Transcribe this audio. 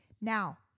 Now